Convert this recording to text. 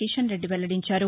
కీషన్ రెడ్డి వెల్లడించారు